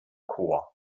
chor